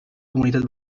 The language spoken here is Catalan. comunitat